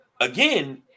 again